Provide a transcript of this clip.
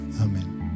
amen